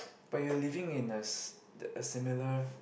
but you are living in us the a similar